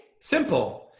simple